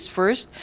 first